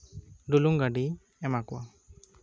ᱰᱩᱞᱩᱝ ᱜᱟᱹᱰᱤᱭ ᱮᱢᱟ ᱠᱚᱣᱟ